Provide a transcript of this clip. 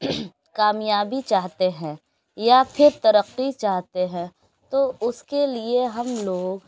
کامییابی چاہتے ہیں یا پھر ترقی چاہتے ہیں تو اس کے لیے ہم لوگ